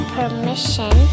permission